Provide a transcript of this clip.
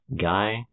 Guy